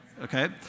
Okay